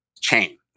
chain